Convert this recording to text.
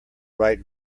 right